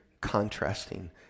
contrasting